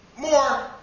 more